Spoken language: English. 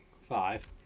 five